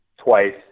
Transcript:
twice